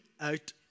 out